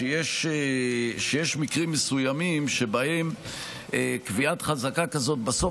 שיש מקרים מסוימים שבהם קביעת חזקה כזאת בסוף